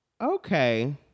okay